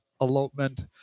elopement